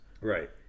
Right